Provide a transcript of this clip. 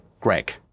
greg